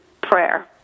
prayer